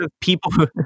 people